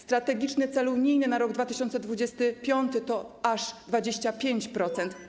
Strategiczny cel unijny na rok 2025 to aż 25%.